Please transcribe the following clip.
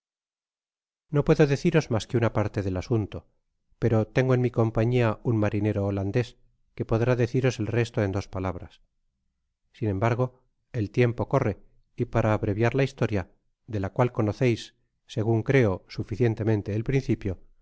no puedo deciros mas que una parte del asunto pero tengo en mi compañía un marinero holandés que podrá deciros el resto en dos palabras sin embargo el tiempo corre y para abreviar la historia de la cual conoceis segun creo suficientemente el principio